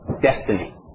destiny